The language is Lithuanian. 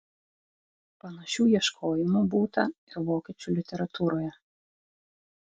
panašių ieškojimų būta ir vokiečių literatūroje